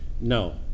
no